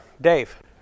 Dave